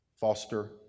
foster